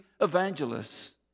evangelists